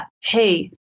Hey